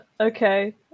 Okay